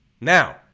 Now